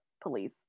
police